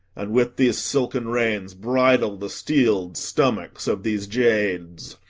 and with these silken reins bridle the steeled stomachs of these jades.